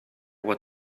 what